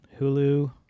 Hulu